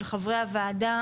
של חברי הוועדה,